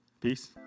Peace